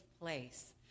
place